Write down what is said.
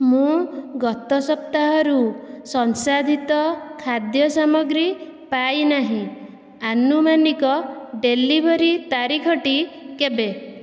ମୁଁ ଗତ ସପ୍ତାହରୁ ସଂସାଧିତ ଖାଦ୍ୟ ସାମଗ୍ରୀ ପାଇ ନାହିଁ ଆନୁମାନିକ ଡେଲିଭରି ତାରିଖଟି କେବେ